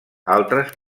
altres